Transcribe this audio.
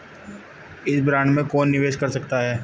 इस बॉन्ड में कौन निवेश कर सकता है?